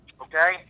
okay